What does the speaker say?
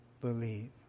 believe